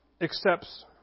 accepts